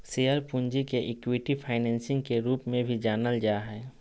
share पूंजी के equity financing के रूप में भी जानल जा हइ